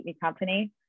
company